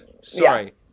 sorry